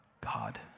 God